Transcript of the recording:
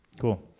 Cool